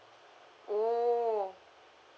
oh